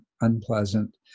unpleasant